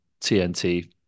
TNT